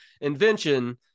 invention